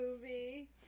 movie